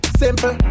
simple